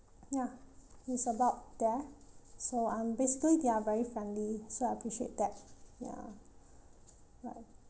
ya it's about there so I'm basically they're very friendly so I appreciate that ya right